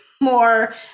more